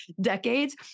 decades